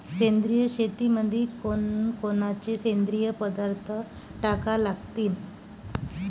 सेंद्रिय शेतीमंदी कोनकोनचे सेंद्रिय पदार्थ टाका लागतीन?